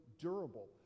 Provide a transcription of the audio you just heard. durable